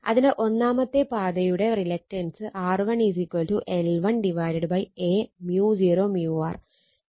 അതിനാൽ ഒന്നാമത്തെ പാതയുടെ reluctance R1 L1 Aµ0 µr